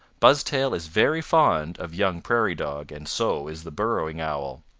buzztail is very fond of young prairie dog and so is the burrowing owl.